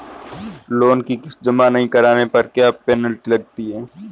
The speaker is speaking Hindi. लोंन की किश्त जमा नहीं कराने पर क्या पेनल्टी लगती है?